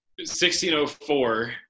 1604